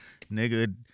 Nigga